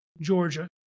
Georgia